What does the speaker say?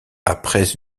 après